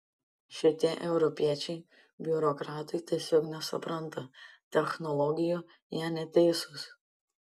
šitie europiečiai biurokratai tiesiog nesupranta technologijų jie neteisūs